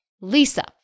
Lisa